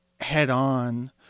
head-on